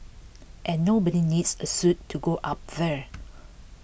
and nobody needs a suit to go up there